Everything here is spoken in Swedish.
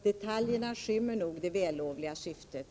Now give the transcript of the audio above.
Detaljerna skymmer nog det vällovliga syftet.